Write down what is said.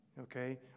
Okay